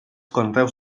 conreus